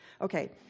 Okay